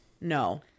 No